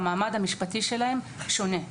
ולכן המעמד שלהן שונה.